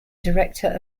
director